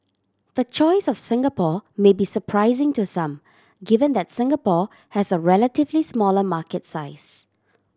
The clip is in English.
the choice of Singapore may be surprising to some given that Singapore has a relatively smaller market size